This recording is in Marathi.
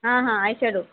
हां हां आयशॅडो